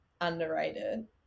underrated